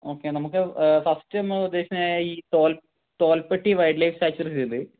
okay നമുക്ക് first നമ്മൾ ഉദ്ദേശിക്കുന്നത് ഈ തോൽ തോൽപെട്ടി വൈൽഡ് ലൈഫ് സാങ്ച്വറി ചെയ്ത്